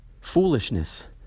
Foolishness